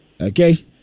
Okay